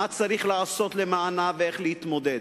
מה צריך לעשות למענה ואיך להתמודד.